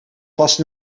vast